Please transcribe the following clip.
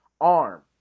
arm